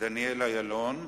דניאל אילון,